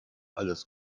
alles